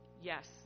Yes